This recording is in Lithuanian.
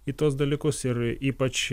į tuos dalykus ir ypač